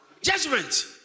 judgment